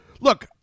Look